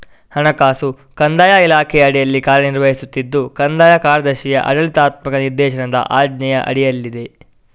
ಹಣಕಾಸು ಕಂದಾಯ ಇಲಾಖೆಯ ಅಡಿಯಲ್ಲಿ ಕಾರ್ಯ ನಿರ್ವಹಿಸುತ್ತಿದ್ದು ಕಂದಾಯ ಕಾರ್ಯದರ್ಶಿಯ ಆಡಳಿತಾತ್ಮಕ ನಿರ್ದೇಶನದ ಆಜ್ಞೆಯ ಅಡಿಯಲ್ಲಿದೆ